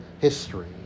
history